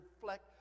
reflect